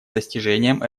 достижением